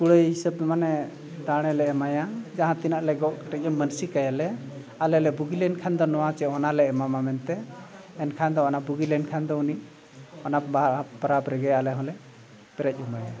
ᱠᱩᱲᱟᱹᱭ ᱦᱤᱥᱟᱹᱵᱽᱛᱮ ᱢᱟᱱᱮ ᱫᱟᱬᱮ ᱞᱮ ᱮᱢᱟᱭᱟ ᱡᱟᱦᱟᱸ ᱛᱤᱱᱟᱹᱜ ᱞᱮ ᱜᱚᱜ ᱠᱮᱴᱮᱡ ᱢᱟᱱᱥᱤᱠᱟᱭᱟᱞᱮ ᱟᱞᱮ ᱞᱮ ᱵᱩᱜᱤ ᱞᱮᱱᱠᱷᱟᱱ ᱫᱚ ᱱᱚᱣᱟ ᱥᱮ ᱚᱱᱟ ᱞᱮ ᱮᱢᱟᱢᱟ ᱢᱮᱱᱛᱮ ᱮᱱᱠᱷᱟᱱ ᱫᱚ ᱚᱱᱟ ᱵᱩᱜᱤ ᱞᱮᱱᱠᱷᱟᱱ ᱫᱚ ᱩᱱᱤ ᱚᱱᱟ ᱵᱟᱦᱟ ᱯᱚᱨᱚᱵᱽ ᱨᱮᱜᱮ ᱟᱞᱮ ᱦᱚᱸᱞᱮ ᱯᱮᱨᱮᱡ ᱩᱢᱮᱭᱟ